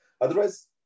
Otherwise